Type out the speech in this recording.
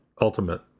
ultimate